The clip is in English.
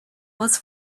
was